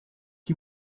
que